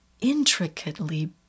intricately